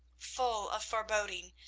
full of foreboding,